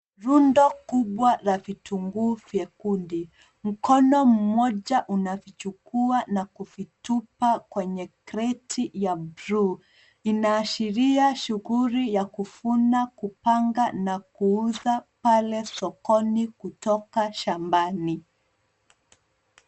Rundo kubwa la vitunguu vyekundu. Mkono mmoja unavichukua na kuvitupa kwenye kreti ya bluu. Inaashiria shughuli ya kuvuna, kupanga na kuuza pale sokoni kutoka shambani.